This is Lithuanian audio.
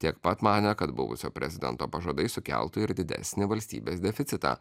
tiek pat manė kad buvusio prezidento pažadai sukeltų ir didesnį valstybės deficitą